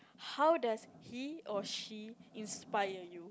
how does he or she inspire you